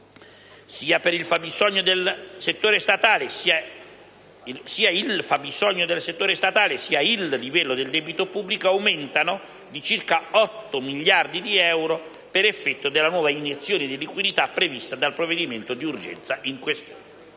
Sia il fabbisogno del settore statale sia il livello del debito pubblico aumentano di circa 8 miliardi di euro per effetto della nuova iniezione di liquidità prevista dal provvedimento di urgenza in questione.